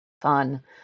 fun